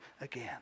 again